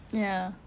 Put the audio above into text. ya